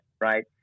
right